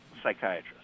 psychiatrist